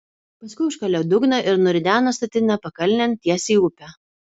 paskui užkalė dugną ir nurideno statinę pakalnėn tiesiai į upę